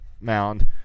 mound